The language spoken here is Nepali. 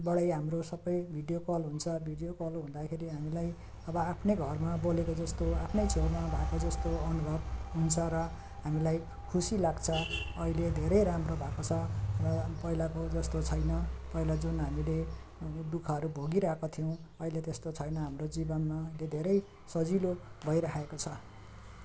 बाटै हाम्रो सबै भिडियो कल हुन्छ भिडियो कल हुँदाखेरि हामीलाई अब आफ्नै घरमा बोलेको जस्तो आफ्नै छेउमा भएको जस्तो अनुभव हुन्छ र हामीलाई खुसी लाग्छ अहिले धेरै राम्रो भएको छ र पहिलाको जस्तो छैन पहिला जुन हामीले दुःखहरू भोगिरहेको थियौँ अहिले त्यस्तो छैन हाम्रो जीवनमा अहिले धेरै सजिलो भइरहेको छ